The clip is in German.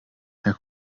herr